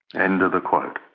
end of the quote.